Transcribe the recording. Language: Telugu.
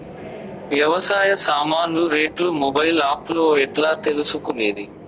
వ్యవసాయ సామాన్లు రేట్లు మొబైల్ ఆప్ లో ఎట్లా తెలుసుకునేది?